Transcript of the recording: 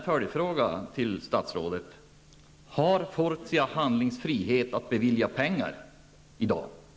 Fortia handlingsfrihet att bevilja pengar i dag?